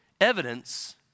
Evidence